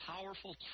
Powerful